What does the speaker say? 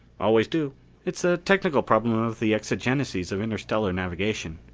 always do it's a technical problem of the exigencies of interstellar navigation.